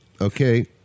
Okay